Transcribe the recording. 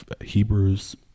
Hebrews